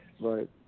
Right